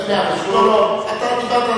לא הטלתי ספק.